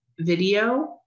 video